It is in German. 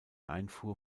einfuhr